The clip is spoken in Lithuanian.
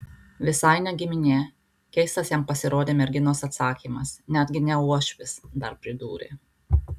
visai ne giminė keistas jam pasirodė merginos atsakymas netgi ne uošvis dar pridūrė